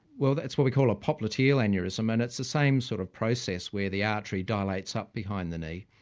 well that's what we call a popliteal aneurysm and it's the same sort of process where the artery dilates up behind the knee,